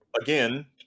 Again